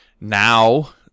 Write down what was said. now